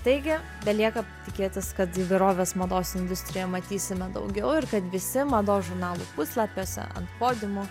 taigi belieka tikėtis kad įvairovės mados industrijoje matysime daugiau ir kad visi mados žurnalų puslapiuose ant podiumų